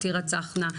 תירצחנה.